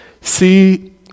See